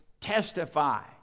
testify